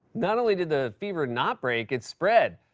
not only did the fever not break, it's spread.